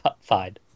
fine